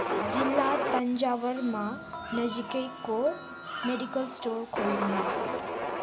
जिल्ला तञ्जावुरमा नजिकैको मेडिकल स्टोर खोज्नुहोस्